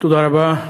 תודה רבה.